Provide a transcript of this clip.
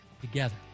together